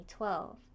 2012